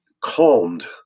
calmed